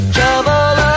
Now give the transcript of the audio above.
Trouble